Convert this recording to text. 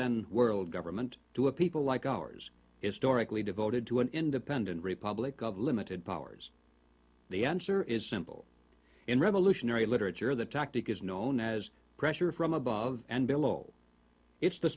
then world government to a people like ours is story devoted to an independent republic of limited powers the answer is simple in revolutionary literature the tactic is known as pressure from above and below it's the